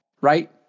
right